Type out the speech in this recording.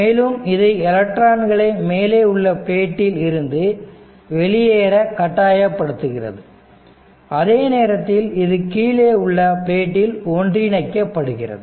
மேலும் இது எலக்ட்ரான்களை மேலே உள்ள பிளேட்டில் இருந்து வெளியேற கட்டாயப்படுத்துகிறது அதே நேரத்தில் இது கீழே உள்ள பிளேட்டில் ஒன்றிணைக்கப்படுகிறது